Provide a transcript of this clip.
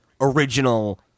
original